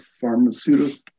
Pharmaceutical